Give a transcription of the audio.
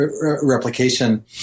replication